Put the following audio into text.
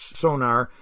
sonar